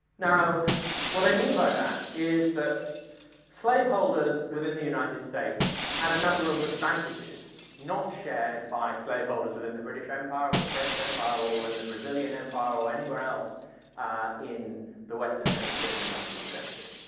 now what i mean by that is that slaveholders within the united states had a number of advantages not shared by slaveholders within the british empire or the french empire or in the brazilian empire or anywhere else in the western hemisphere in the nineteenth century.